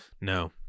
No